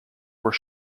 were